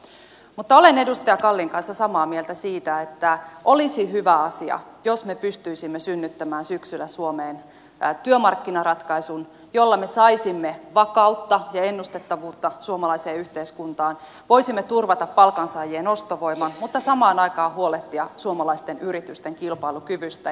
mutta olen edustaja kallin kanssa samaa mieltä siitä että olisi hyvä asia jos me pystyisimme synnyttämään syksyllä suomeen työmarkkinaratkaisun jolla me saisimme vakautta ja ennustettavuutta suomalaiseen yhteiskuntaan voisimme turvata palkansaajien ostovoiman mutta samaan aikaan huolehtia suomalaisten yritysten kilpailukyvystä